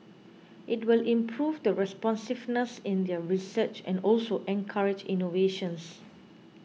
it will improve the responsiveness in their research and also encourage innovations